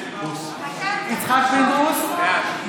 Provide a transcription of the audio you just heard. בעד יצחק פינדרוס,